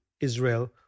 Israel